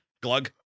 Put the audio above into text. Glug